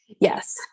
Yes